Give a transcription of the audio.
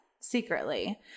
secretly